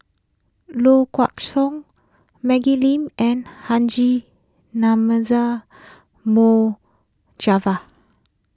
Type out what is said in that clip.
Low Kway Song Maggie Lim and Haji Namazie Mohd Javad